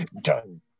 done